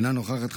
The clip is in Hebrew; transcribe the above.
אינה נוכחת,